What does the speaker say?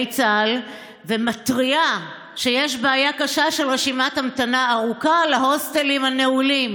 צה"ל ומתריעה שיש בעיה קשה של רשימת המתנה ארוכה להוסטלים הנעולים.